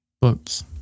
books